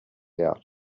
out